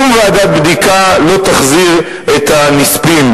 שום ועדת בדיקה לא תחזיר את הנספים,